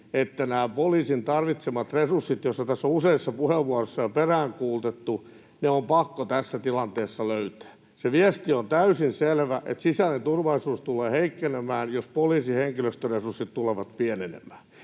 nämä poliisin tarvitsemat resurssit, joita tässä on useissa puheenvuoroissa jo peräänkuulutettu, on pakko tässä tilanteessa löytää. Se viesti on täysin selvä, että sisäinen turvallisuus tulee heikkenemään, jos poliisin henkilöstöresurssit tulevat pienenemään,